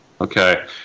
Okay